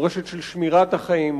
מורשת של שמירת החיים,